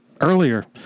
earlier